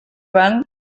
van